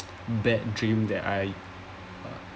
bad dream that I uh